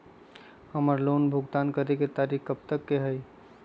हमार लोन भुगतान करे के तारीख कब तक के हई?